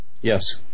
Yes